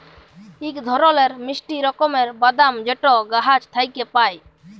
ইক ধরলের মিষ্টি রকমের বাদাম যেট গাহাচ থ্যাইকে পায়